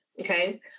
Okay